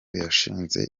yashinze